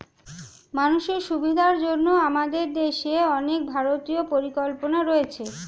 মানুষের সুবিধার জন্য আমাদের দেশে অনেক ভারতীয় পরিকল্পনা রয়েছে